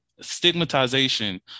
stigmatization